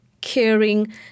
caring